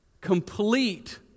complete